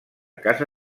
casa